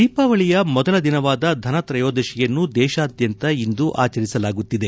ದೀಪಾವಳಿಯ ಮೊದಲ ದಿನವಾದ ಧನತ್ರಯೋದಶಿಯನ್ನು ದೇಶಾದ್ಯಂತ ಇಂದು ಆಚರಿಸಲಾಗುತ್ತಿದೆ